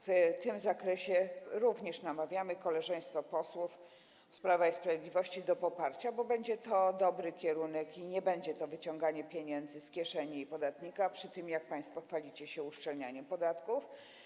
W tym zakresie również namawiamy koleżeństwo, posłów z Prawa i Sprawiedliwości do poparcia, bo będzie to dobry kierunek i nie będzie to wyciąganie pieniędzy z kieszeni podatnika, przy tym, jak państwo się chwalicie, uszczelnianiu podatków.